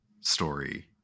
story